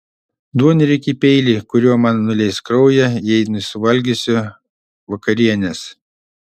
duonriekį peilį kuriuo man nuleis kraują jei nesuvalgysiu vakarienės